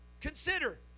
Consider